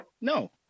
No